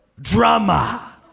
drama